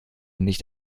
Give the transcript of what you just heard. nicht